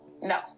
No